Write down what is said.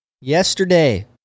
Yesterday